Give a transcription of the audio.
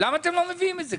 למה אתם לא מביאים את זה?